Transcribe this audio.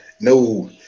no